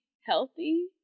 healthy